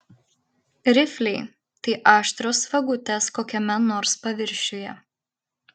rifliai aštrios vagutės kokiame nors paviršiuje